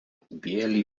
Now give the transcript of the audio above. biely